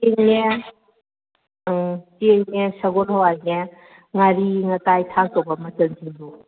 ꯆꯦꯡꯅꯦ ꯎꯝ ꯆꯦꯡꯅꯦ ꯁꯒꯣꯜ ꯍꯋꯥꯏꯅꯦ ꯉꯥꯔꯤ ꯉꯇꯥꯏ ꯊꯥꯛꯇꯧꯕ ꯃꯆꯜꯁꯤꯡꯗꯣ